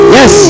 Yes